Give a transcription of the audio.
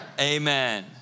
Amen